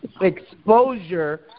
exposure